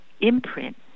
imprint